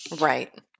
Right